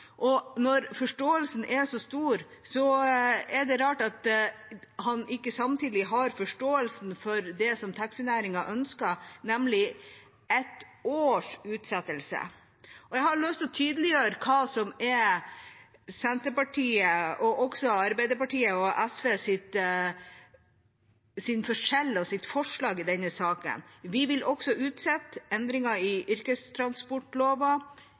er det rart at han ikke samtidig har forståelse for det som taxinæringen ønsker, nemlig ett års utsettelse. Jeg har lyst å tydeliggjøre hva som er Senterpartiet, Arbeiderpartiet og SVs forslag i denne saken: Vi vil også utsette endringene i yrkestransportlova,